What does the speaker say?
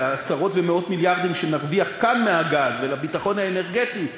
לעשרות ומאות מיליארדים שנרוויח כאן מהגז ולביטחון האנרגטי,